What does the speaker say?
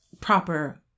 proper